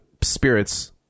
spirits